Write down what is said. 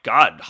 God